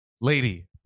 lady